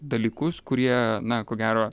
dalykus kurie na ko gero